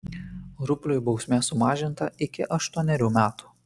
rupliui bausmė sumažinta iki aštuonerių metų